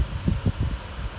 they're still doing well lah